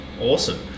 awesome